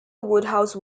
wodehouse